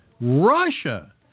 Russia